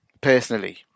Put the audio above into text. personally